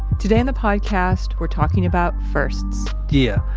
today on the podcast, we're talking about firsts. yeah,